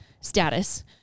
status